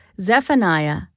Zephaniah